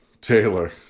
Taylor